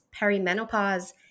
perimenopause